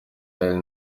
ari